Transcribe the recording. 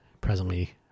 presently